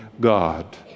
god